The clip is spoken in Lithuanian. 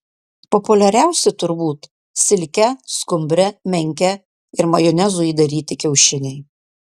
populiariausi turbūt silke skumbre menke ir majonezu įdaryti kiaušiniai